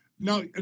now